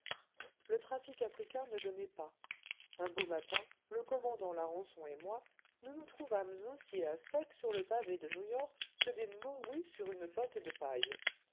le trafic africain ne donnait pas un beau matin le commandant larençon et moi nous nous trouvâmes aussi à sec sur le pavé de new-york que des morues sur une botte de paille